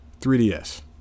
3DS